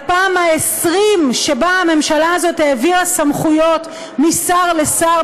על הפעם ה-20 שהממשלה הזאת העבירה סמכויות משר שר,